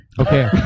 Okay